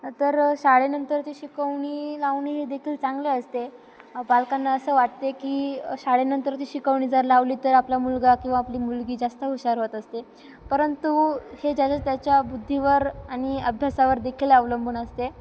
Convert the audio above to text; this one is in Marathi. तर शाळेनंतर ती शिकवणी लावणे हे देखील चांगले असते बालकांना असं वाटते की शाळेनंतरची शिकवणी जर लावली तर आपला मुलगा किंवा आपली मुलगी जास्त हुशार होत असते परंतु हे ज्याच्याच त्याच्या बुद्धीवर आणि अभ्यासावर देखील अवलंबून असते